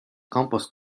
compost